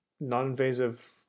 non-invasive